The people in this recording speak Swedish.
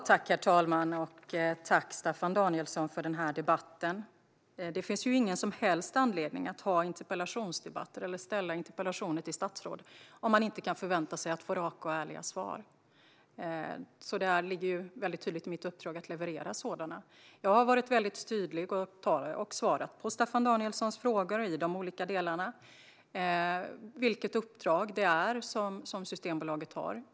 Herr talman! Tack för debatten, Staffan Danielsson! Det finns ingen anledning att ha interpellationsdebatter eller ställa interpellationer till statsråd om man inte kan förvänta sig raka och ärliga svar. Det är en tydlig del av mitt uppdrag att leverera sådana. Jag har svarat tydligt på Staffan Danielssons frågor om vilket uppdrag Systembolaget har.